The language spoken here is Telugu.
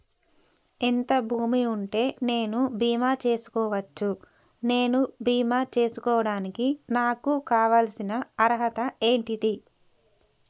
ఎంత భూమి ఉంటే నేను బీమా చేసుకోవచ్చు? నేను బీమా చేసుకోవడానికి నాకు కావాల్సిన అర్హత ఏంటిది?